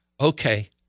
Okay